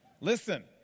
Listen